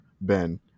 Ben